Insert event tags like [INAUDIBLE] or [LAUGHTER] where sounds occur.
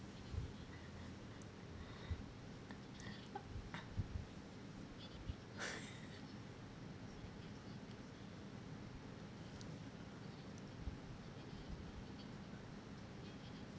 [BREATH]